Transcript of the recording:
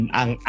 ang